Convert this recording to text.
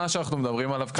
מה שאנחנו מדברים עליו כאן,